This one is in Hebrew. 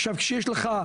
עכשיו, כשיש לך,